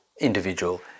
individual